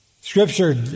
Scripture